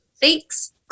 Thanks